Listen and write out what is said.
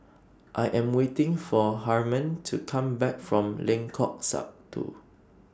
I Am waiting For Harmon to Come Back from Lengkok Satu